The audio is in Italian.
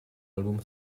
album